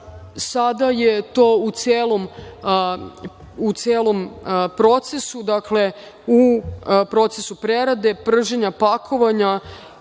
Sada je to u celom procesu. Dakle, u procesu prerade, prženja, pakovanja,